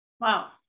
Wow